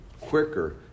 quicker